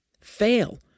fail